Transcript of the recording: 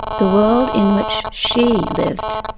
the world in which she lived.